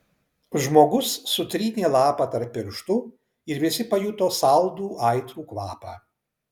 žmogus sutrynė lapą tarp pirštų ir visi pajuto saldų aitrų kvapą